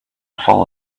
fall